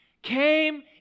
came